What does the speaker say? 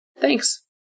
Thanks